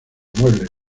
muebles